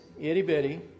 itty-bitty